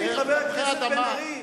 חבר הכנסת בן-ארי,